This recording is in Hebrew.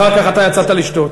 אחר כך אתה יצאת לשתות.